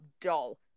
doll